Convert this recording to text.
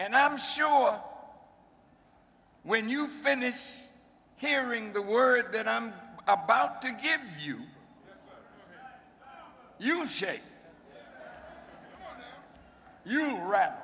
and i am sure when you finish hearing the word that i am about to give you you shake you